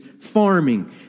Farming